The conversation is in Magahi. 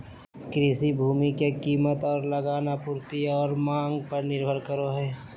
कृषि भूमि के कीमत और लगान आपूर्ति और मांग पर निर्भर करो हइ